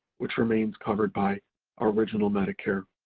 which remains covered by original medicare.